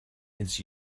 its